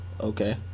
Okay